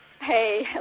Hey